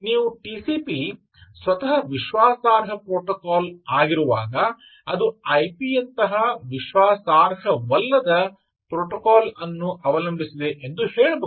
ನೀವು ಟಿಸಿಪಿ ಸ್ವತಃ ವಿಶ್ವಾಸಾರ್ಹ ಪ್ರೋಟೋಕಾಲ್ ಆಗಿರುವಾಗ ಅದು ಐಪಿ ಯಂತಹ ವಿಶ್ವಾಸಾರ್ಹವಲ್ಲದ ಪ್ರೋಟೋಕಾಲ್ ಅನ್ನು ಅವಲಂಬಿಸಿದೆ ಎಂದು ಹೇಳಬಹುದು